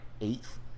eighth